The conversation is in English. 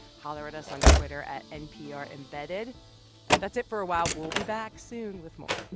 holler at us on twitter at nprembedded. that's it for a while. we'll be back soon with more